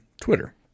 Twitter